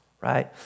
right